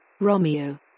Romeo